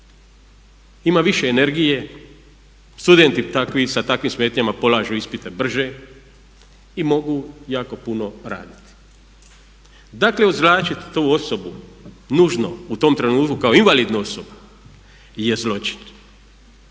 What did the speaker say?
ima više energije, studenti sa takvim smetnjama polažu ispite brže i mogu jako puno raditi. Dakle, označiti tu osobu nužno u tom trenutku kao invalidnu osobu je zločin